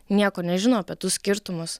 nieko nežino apie tuos skirtumus